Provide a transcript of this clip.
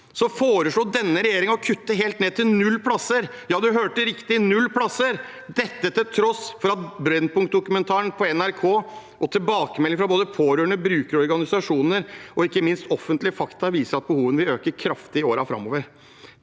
foreslo denne regjeringen å kutte helt ned til null plasser – ja, du hørte riktig: null plasser! – til tross for at Brennpunktdokumentaren fra NRK, tilbakemeldinger fra både pårørende, brukere og organisasjoner og ikke minst offentlige fakta viser at behovene vil øke kraftig i årene framover.